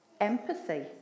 empathy